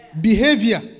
Behavior